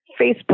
Facebook